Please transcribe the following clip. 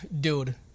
Dude